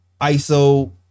ISO